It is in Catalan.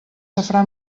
safrà